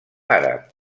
àrab